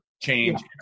change